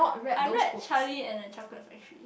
I read Charlie-and-the-chocolate-factory